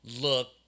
look